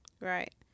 Right